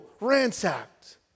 Ransacked